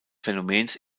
phänomens